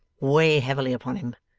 weigh heavily upon him.